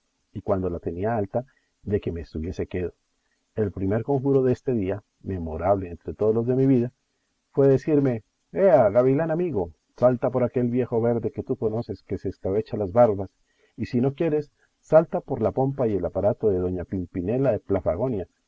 y cuando la tenía alta de que me estuviese quedo el primer conjuro deste día memorable entre todos los de mi vida fue decirme ea gavilán amigo salta por aquel viejo verde que tú conoces que se escabecha las barbas y si no quieres salta por la pompa y el aparato de doña pimpinela de